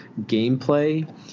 gameplay